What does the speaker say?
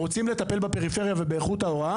זה עוד קווי תחבורה בפריפריה, עוד